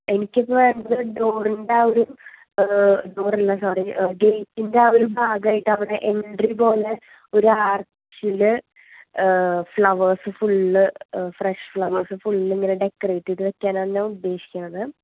എനിക്ക് അപ്പോൾ വേണ്ടത് ഡോറിൻ്റെ ആ ഒരു ഡോർ അല്ല സോറി ഗേറ്റിൻ്റെ ആ ഒരു ഭാഗമായിട്ട് അവിടെ എൻട്രി പോലെ ഒരു ആർച്ചിൽ flowers full fresh flowers full ഇങ്ങനെ ഡെക്കറേറ്റ് ചെയ്തു വയ്ക്കാനാണ് ഞാൻ ഉദ്ദേശിക്കുന്നത്